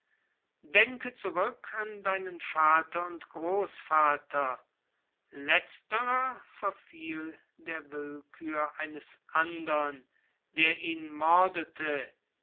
denke zurück an deinen vater und großvater letzterer verfiel der willkür eines andern der ihn mordete